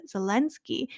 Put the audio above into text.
Zelensky